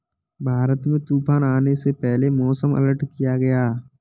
भारत में तूफान आने से पहले मौसम अलर्ट किया गया है